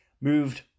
moved